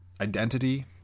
identity